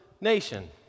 nation